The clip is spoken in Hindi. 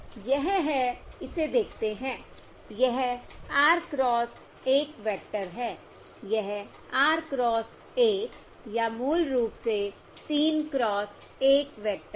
यह है इसे देखते हैं यह R क्रॉस 1 वेक्टर है यह R क्रॉस 1 या मूल रूप से 3 क्रॉस 1 वेक्टर है